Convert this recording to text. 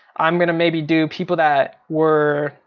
i'm gonna maybe do people that were,